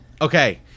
Okay